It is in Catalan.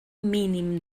mínim